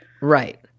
Right